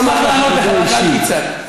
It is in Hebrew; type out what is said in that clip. אני אשמח לענות לך, רק אל תצעק.